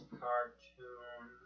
cartoon